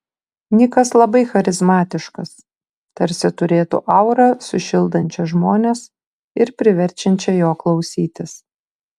nikas labai charizmatiškas tarsi turėtų aurą sušildančią žmones ir priverčiančią jo klausytis